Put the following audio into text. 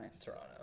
Toronto